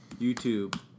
YouTube